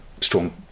strong